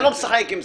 אני לא משחק בזה.